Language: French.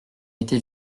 été